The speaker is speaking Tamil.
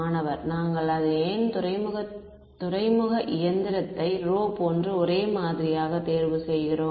மாணவர் நாங்கள் ஏன் துறைமுக இயந்திரத்தை ρ போன்று ஒரே மாதிரியாக தேர்வு செய்கிறோம்